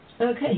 Okay